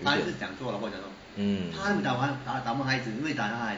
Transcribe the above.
mm